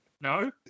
No